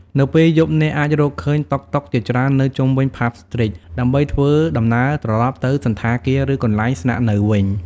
នៅពេលយប់ អ្នកអាចរកឃើញ តុកតុក ជាច្រើននៅជុំវិញ ផាប់ ស្ទ្រីត ដើម្បីធ្វើដំណើរត្រឡប់ទៅសណ្ឋាគារ ឬកន្លែងស្នាក់នៅវិញ។